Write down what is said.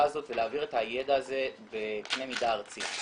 הזאת ולהעביר את הידע הזה בקנה מידה ארצי.